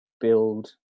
build